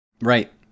right